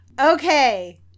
Okay